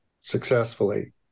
successfully